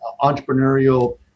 entrepreneurial